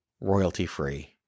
royalty-free